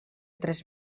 tres